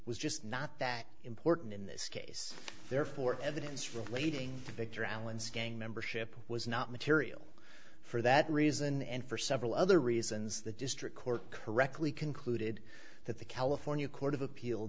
was just not that important in this case therefore evidence relating to victor allen's gang membership was not material for that reason and for several other reasons the district court correctly concluded that the california court of appeal